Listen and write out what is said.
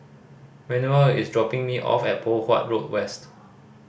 Manuel is dropping me off at Poh Huat Road West